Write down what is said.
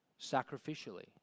sacrificially